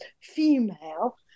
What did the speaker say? female